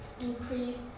increased